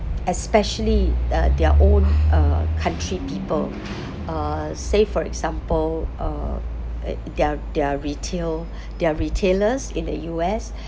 especially uh their own uh country people uh say for example uh uh their their retail their retailers in the U_S